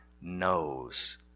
knows